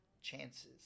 chances